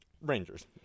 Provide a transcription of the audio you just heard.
rangers